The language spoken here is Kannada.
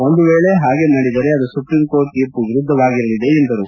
ಒಂದು ವೇಳೆ ಹಾಗೆ ಮಾಡಿದರೆ ಅದು ಸುಪ್ರೀಂ ಕೋರ್ಟ್ ತೀರ್ಮ ವಿರುದ್ಧವಾಗಿರಲಿದೆ ಎಂದರು